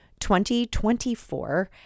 2024